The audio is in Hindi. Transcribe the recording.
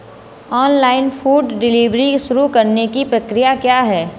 ऑनलाइन फूड डिलीवरी शुरू करने की प्रक्रिया क्या है?